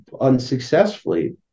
unsuccessfully